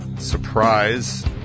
Surprise